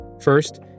First